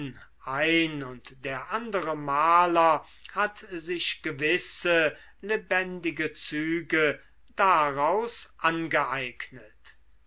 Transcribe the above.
ein und der andere maler hat sich gewisse lebendige züge daraus angeeignet